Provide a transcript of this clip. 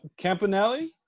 Campanelli